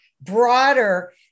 broader